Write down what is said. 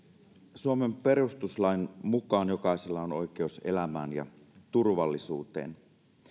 suomen perustuslain mukaan jokaisella on oikeus elämään ja turvallisuuteen